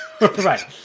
Right